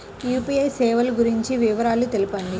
UPI సేవలు గురించి వివరాలు తెలుపండి?